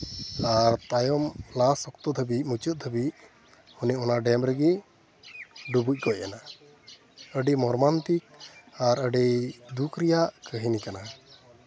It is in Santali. ᱟᱨ ᱛᱟᱭᱚᱢ ᱞᱟᱥ ᱚᱠᱛᱚ ᱫᱷᱟᱹᱵᱤᱡ ᱢᱩᱪᱟᱹᱫ ᱫᱷᱟᱹᱵᱤᱡ ᱚᱱᱮ ᱚᱱᱟ ᱰᱮᱢ ᱨᱮᱜᱮ ᱰᱩᱵᱩᱡ ᱜᱚᱡ ᱮᱱᱟ ᱟᱹᱰᱤ ᱢᱚᱨᱢᱟᱱᱛᱤᱠ ᱟᱨ ᱟᱹᱰᱤ ᱫᱩᱠ ᱨᱮᱭᱟᱜ ᱠᱟᱹᱦᱱᱤ ᱠᱟᱱᱟ